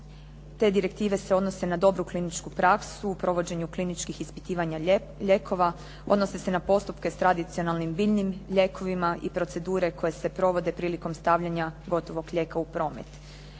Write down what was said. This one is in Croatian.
Te direktive se odnose na dobru kliničku praksu u provođenju kliničkih ispitivanja lijekova, odnose se na postupke s tradicionalnim biljnim lijekovima i procedure koje se provode prilikom stavljanja gotovog lijeka u promet.